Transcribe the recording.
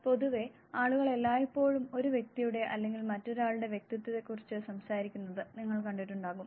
പൊതുവേ ആളുകൾ എല്ലായ്പ്പോഴും ഒരു വ്യക്തിയുടെ അല്ലെങ്കിൽ മറ്റൊരാളുടെ വ്യക്തിത്വത്തെക്കുറിച്ച് സംസാരിക്കുന്നത് നിങ്ങൾ കണ്ടിട്ടുണ്ടാകും